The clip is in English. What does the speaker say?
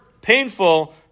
painful